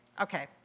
Okay